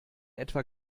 etwa